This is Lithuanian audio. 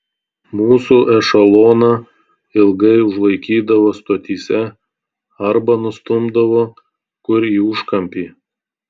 mūsų ešeloną ilgai užlaikydavo stotyse arba nustumdavo kur į užkampį